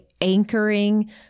anchoring